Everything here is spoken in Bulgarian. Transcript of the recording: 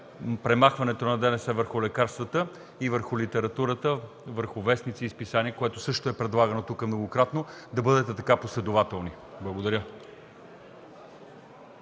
премахването на ДДС върху лекарствата, върху литературата, върху вестници и списания, което също е предлагано тук многократно, да бъдете така последователни. Благодаря.